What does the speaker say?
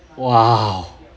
!wow!